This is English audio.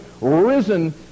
risen